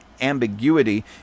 ambiguity